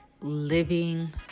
living